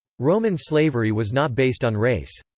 roman slavery was not based on race.